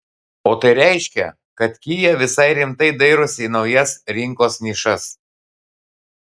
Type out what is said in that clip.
o tai reiškia kad kia visai rimtai dairosi į naujas rinkos nišas